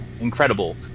incredible